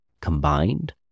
combined